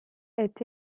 est